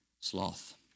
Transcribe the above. sloth